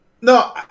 No